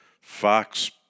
Fox